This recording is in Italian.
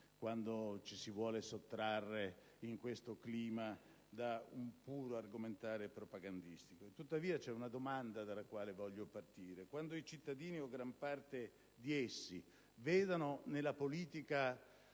clima ci si vuole sottrarre a un puro argomentare propagandistico. Tuttavia c'è una domanda dalla quale voglio partire: quando i cittadini, o gran parte di essi, vedono nella politica